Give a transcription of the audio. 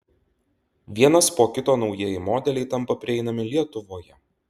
vienas po kito naujieji modeliai tampa prieinami lietuvoje